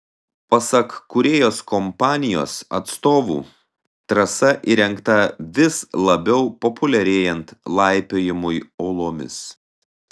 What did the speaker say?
pasak kūrėjos kompanijos atstovų trasa įrengta vis labiau populiarėjant laipiojimui uolomis